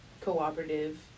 cooperative